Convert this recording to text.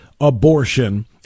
abortion